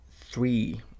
three